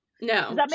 No